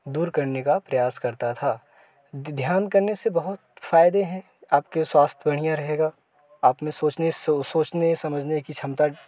दूर करने का प्रयास करता था ध्यान करने से बहुत फ़ायदे हैं आपके स्वास्थ बढ़िया रहेगा आपने सोचने सो सोचने समझने की क्षमता